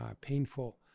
painful